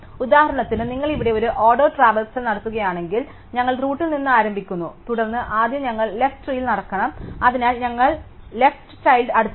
ഉദാഹരണത്തിന് നിങ്ങൾ ഇവിടെ ഒരു ഓർഡർ ട്രാവർസൽ നടത്തുകയാണെങ്കിൽ ഞങ്ങൾ റൂട്ടിൽ നിന്ന് ആരംഭിക്കുന്നു തുടർന്ന് ആദ്യം ഞങ്ങൾ ലെഫ്റ് ട്രീയിൽ നടക്കണം അതിനാൽ ഞങ്ങൾ ലെഫ്റ് ചൈൽഡ് അടുത്തേക്ക് നടക്കും